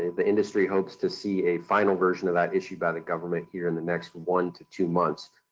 the industry hopes to see a final version of that issued by the government here in the next one to two months.